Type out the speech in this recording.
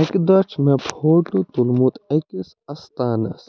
اَکہِ دۄہ چھِ مےٚ فوٹو تُلمُت أکِس استانَس